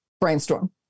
brainstorm